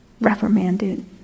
reprimanded